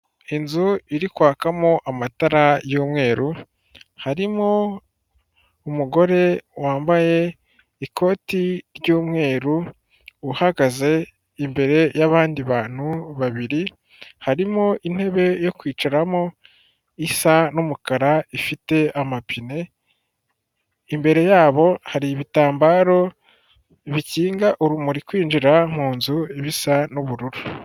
Inzu iri kwakamo amatara y'umweru, harimo umugore wambaye ikoti ry'umweru, uhagaze imbere y'abandi bantu babiri, harimo intebe yo kwicaramo isa n'umukara ifite amapine, imbere yabo hari ibitambararo bikinga urumuri kwinjira mu nzu bisa n'ubururu.